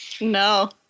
No